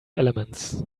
elements